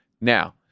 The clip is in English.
Now